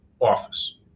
office